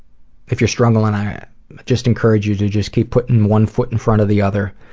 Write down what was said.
if you're struggling i just encourage you to just keep putting one foot in front of the other.